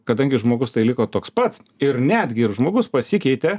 kadangi žmogus tai liko toks pats ir netgi ir žmogus pasikeitė